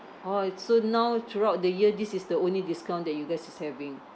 orh it's so now throughout the year this is the only discount that you guys is having